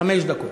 חמש דקות.